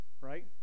Right